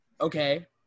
Okay